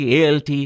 ALT